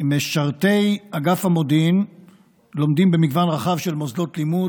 משרתי אגף המודיעין לומדים במגוון רחב של מוסדות לימוד